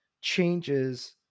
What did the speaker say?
changes